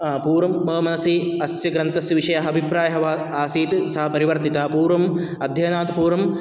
पूर्वं मम मनसि अस्य ग्रन्थस्य विषयः अभिप्रायः वा आसीत् सः परिवर्तितः पूर्वम् अध्ययनात् पूर्वम्